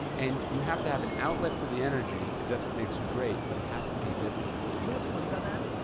and you have to have an outlet for the energy, cause that's what makes you great, but it has to be different. you know what's funny about that?